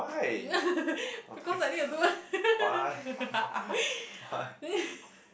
because I need to do